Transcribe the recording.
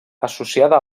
associada